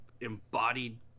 embodied